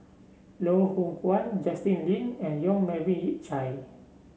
Loh Hoong Kwan Justin Lean and Yong Melvin Yik Chye